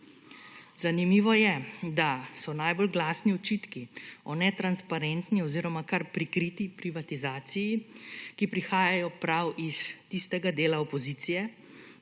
Zanimivo je, da so najbolj glasni očitki o netransparentni oziroma ker prikriti privatizaciji, ki prihajajo prav iz tistega dela opozicije,